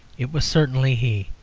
it was certainly he.